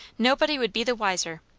nobody would be the wiser,